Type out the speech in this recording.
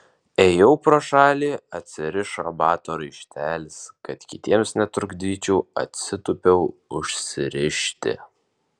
ėjau pro šalį atsirišo bato raištelis kad kitiems netrukdyčiau atsitūpiau užsirišti